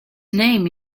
name